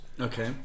okay